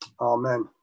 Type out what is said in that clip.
amen